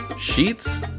sheets